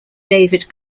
david